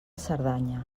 cerdanya